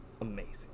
amazing